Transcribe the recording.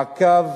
מעקב